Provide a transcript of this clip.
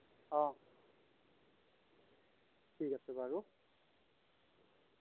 অ ঠিক আছে বাৰু